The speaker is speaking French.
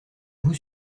vous